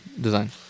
design